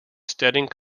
studying